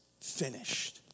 finished